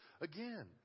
again